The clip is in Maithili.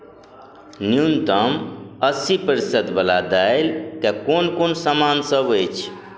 न्यूनतम अस्सी प्रतिशतवला दालिके कोन कोन सामानसभ अछि